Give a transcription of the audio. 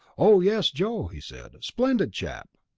oh, yes, joe! he said. splendid chap.